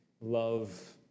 love